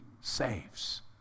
saves